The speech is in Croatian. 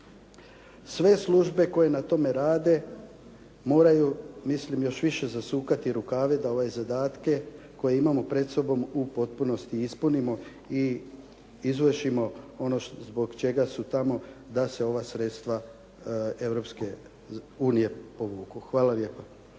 sve službe koje na tome rade moraju mislim još više zasukati rukave da ove zadatke koje imamo pred sobom u potpunosti i ispunimo i izvršimo ono zbog čega su tamo, da se ova sredstva Europske unije povuku. Hvala lijepa.